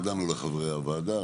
לחברי הוועדה,